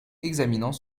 examinant